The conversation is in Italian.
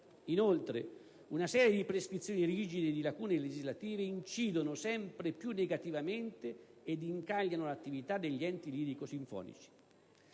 Inoltre una serie di prescrizioni rigide e di lacune legislative incidono sempre più negativamente ed incagliano l'attività degli enti lirico-sinfonici.